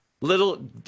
little